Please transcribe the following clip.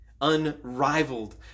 unrivaled